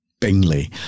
Bingley